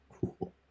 cool